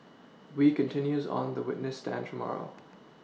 wee continues on the witness stand tomorrow